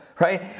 right